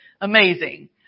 amazing